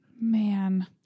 man